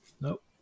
Nope